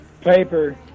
Paper